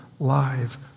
live